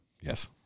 Yes